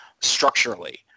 structurally